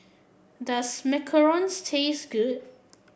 does Macarons taste good